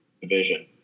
division